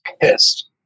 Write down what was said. pissed